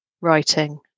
writing